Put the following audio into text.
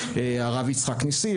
הרב יצחק ניסים,